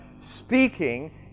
speaking